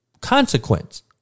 consequence